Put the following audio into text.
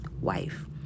wife